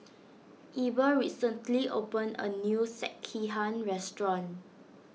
Eber recently opened a new Sekihan restaurant